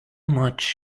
much